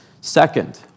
Second